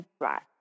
right